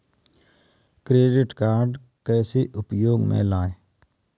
Credit card कैसे उपयोग में लाएँ?